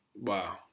Wow